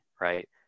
Right